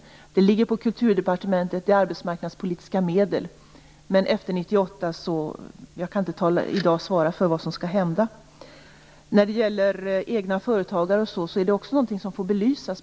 Detta ligger, som sagt, på Kulturdepartementet, men det är fråga om arbetsmarknadspolitiska medel. Jag kan i dag inte ge ett svar om vad som händer efter 1998. Frågan om egna företagare får också belysas.